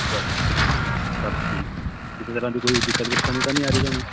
ਬਸ ਸਭ ਠੀਕ ਕਿਸੇ ਤਰ੍ਹਾਂ ਦੀ ਕੋਈ ਦਿੱਕਤ ਪਰੇਸ਼ਾਨੀ ਤਾਂ ਨਹੀਂ ਆ ਰਹੀ ਤੁਹਾਨੂੰ